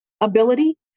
ability